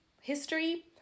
history